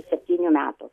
septynių metų